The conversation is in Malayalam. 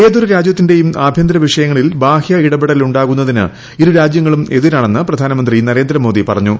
ഏതൊരു രാജ്യത്തിന്റെയും ആഭ്യന്തര വിഷയങ്ങളിൽ ബാഹ്യ ഇടപെടൽ ഉണ്ടാകുന്നതിന് ഇരു രാജ്യങ്ങളും എതിരാണെന്ന് പ്രധാനമന്ത്രി നരേന്ദ്രമോദി പറഞ്ഞു